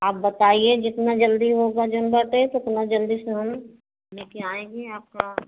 आप बताइए जितना जल्दी होगा जैसे बताएंगे उतना जल्दी से हम ले कर आएँगे आपका